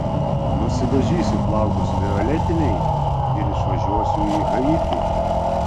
nusidažysiu plaukus violetiniai ir išvažiuosiu į haitį